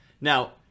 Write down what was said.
Now